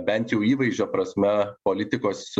bent jau įvaizdžio prasme politikos